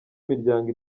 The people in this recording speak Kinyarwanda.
miryango